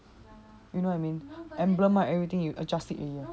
emblem right everything you adjust already